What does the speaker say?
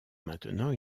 maintenant